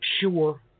sure